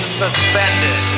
suspended